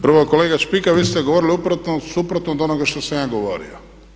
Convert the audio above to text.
Prvo kolega Špika vi ste govorili upravo suprotno od onoga što sam ja govorio.